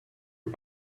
was